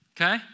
okay